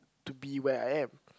to be where I am